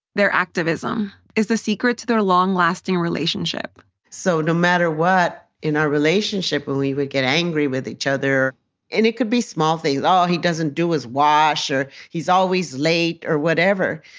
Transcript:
their activism, is the secret to their long-lasting relationship so no matter what, in our relationship when we would get angry with each other and it could be small things. oh, he doesn't do his wash or he's always late or whatever.